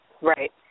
Right